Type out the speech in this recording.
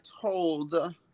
told